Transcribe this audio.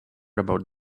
about